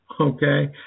okay